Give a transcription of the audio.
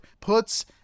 puts